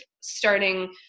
starting